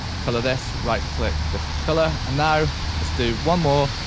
colour this, right click different colour and now let's do one more.